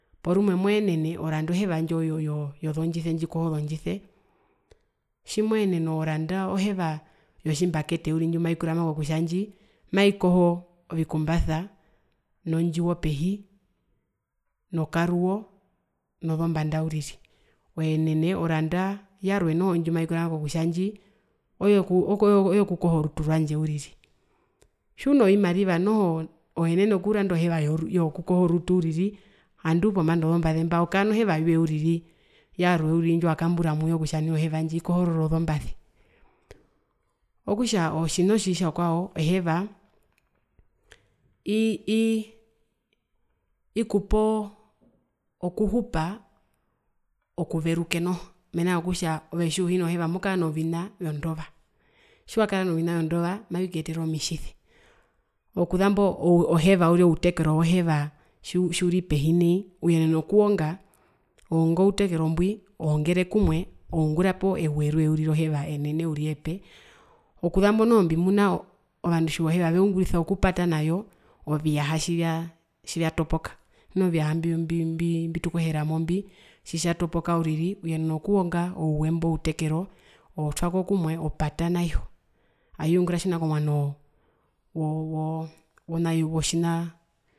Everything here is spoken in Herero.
Porumwe moenene oranda oheva indjo yooyoo ndjikoha ozondjise, tjimovanga oranda oheva yotjimbakete uriri ndjimaikurama kutja indji maikoho ovikumbasa nondjiwo pehi nokaruwo nozombanda, yarweoranda oenene oranda yarwe noho ndjimotja ndji oyo oyokukoha orutu rwandje uriri, tjiunovimariva noho oenene okuranda oheva yokukoha orutu uriri handu kombanda ozombaze mba okara noheva yoye uriri ndjiwakamburamo kutja oheva ndji ikohorora ozombaze, okutja otjina otjitjakwao oheva ii iii ikupo kuhupa okuveruke noho mena rokutja tjiuhina heva mokara novina vyondova, tjiwakara novina vyondova mavikuyetere omitjise, okuzambo oheva uriri outekero woheva tjiuru pehi nai uyenena okuwonga owongere kumwe oungura pewe rwee uriri roheva enene epe, okuzambo noho mbimuna ovandu tjiva oheva veungurisa okupata nayo oviyaha tjivyatopoka tjimuna oviyaha mbi mbi tukoheramo mbi tjitjatopoka uriri uyenena okuwonga ouwe mbwi outekero otwako kumwe opata nayo aingura tjimuna komwano woo woo woo wona wotjina